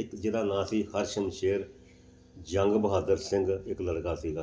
ਇੱਕ ਜਿਹਦਾ ਨਾਂ ਸੀ ਹਰਸ਼ਮਸ਼ੇਰ ਜੰਗ ਬਹਾਦਰ ਸਿੰਘ ਇੱਕ ਲੜਕਾ ਸੀਗਾ